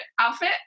outfit